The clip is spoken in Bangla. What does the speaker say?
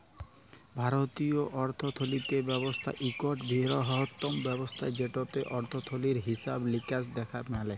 ভারতীয় অথ্থলিতি ব্যবস্থা ইকট বিরহত্তম ব্যবস্থা যেটতে অথ্থলিতির হিছাব লিকাস দ্যাখা ম্যালে